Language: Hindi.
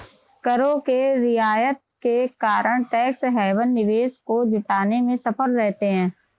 करों के रियायत के कारण टैक्स हैवन निवेश को जुटाने में सफल रहते हैं